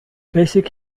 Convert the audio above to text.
basic